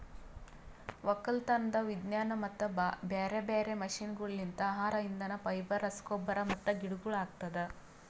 ಒಕ್ಕಲತನದ್ ವಿಜ್ಞಾನ ಮತ್ತ ಬ್ಯಾರೆ ಬ್ಯಾರೆ ಮಷೀನಗೊಳ್ಲಿಂತ್ ಆಹಾರ, ಇಂಧನ, ಫೈಬರ್, ರಸಗೊಬ್ಬರ ಮತ್ತ ಗಿಡಗೊಳ್ ಆಗ್ತದ